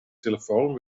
telefoon